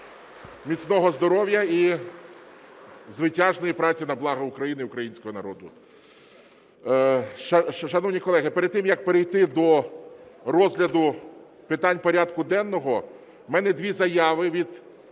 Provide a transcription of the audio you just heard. міцного здоров'я і звитяжної праці на благо України, і українського народу.